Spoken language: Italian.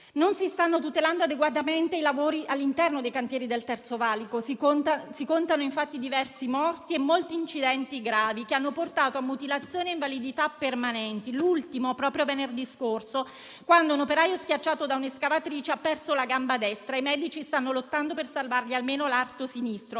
Non si stanno tutelando adeguatamente i lavori all'interno dei cantieri del Terzo valico; si contano infatti diversi morti e molti incidenti gravi, che hanno portato a mutilazioni e invalidità permanenti; l'ultimo si è verificato proprio venerdì scorso, quando un operaio schiacciato da un'escavatrice ha perso la gamba destra, e i medici stanno lottando per salvargli almeno l'arto sinistro